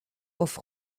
off